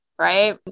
right